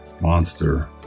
monster